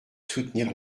soutenir